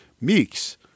Meeks